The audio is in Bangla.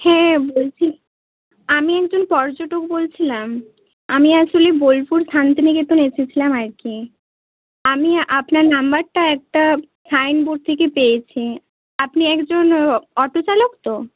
হ্যাঁ বলছি আমি একজন পর্যটক বলছিলাম আমি আসলে বোলপুর শান্তিনিকেতন এসেছিলাম আর কি আমি আপনার নাম্বারটা একটা সাইনবোর্ড থেকে পেয়েছি আপনি একজন অটো চালক তো